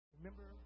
Remember